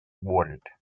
rewarded